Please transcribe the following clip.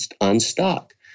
unstuck